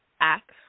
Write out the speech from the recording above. Act